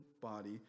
body